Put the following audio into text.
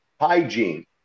hygiene